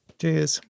Cheers